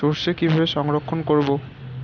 সরষে কিভাবে সংরক্ষণ করব?